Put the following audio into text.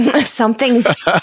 Something's